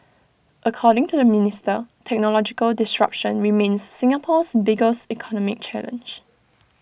according to the minister technological disruption remains Singapore's biggest economic challenge